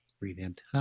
revamped